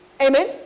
Amen